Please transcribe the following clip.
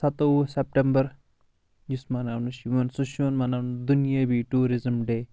سَتوٚوُہ September یُس مناونہٕ چھُ یِوان سُہ چُھ یِوان مَناونہٕ دُنیٲوی ٹوٗرِزم ڈے